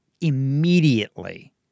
immediately